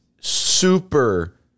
super